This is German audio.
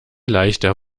leichter